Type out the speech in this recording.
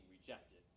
rejected